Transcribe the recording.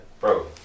Bro